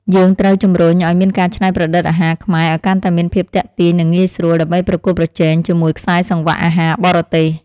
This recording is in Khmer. យើងត្រូវជំរុញឲ្យមានការច្នៃប្រឌិតអាហារខ្មែរឲ្យកាន់តែមានភាពទាក់ទាញនិងងាយស្រួល ដើម្បីប្រកួតប្រជែងជាមួយខ្សែសង្វាក់អាហារបរទេស។